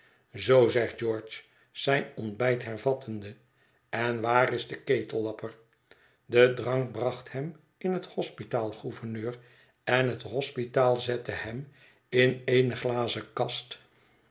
zoo zegt george zijn ontbijt hervattende en waar is de ketellapper de drank bracht hem in het hospitaal gouverneur en het hospitaal zette hem in eene glazen kast